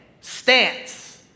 stance